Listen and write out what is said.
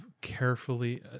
carefully